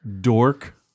dork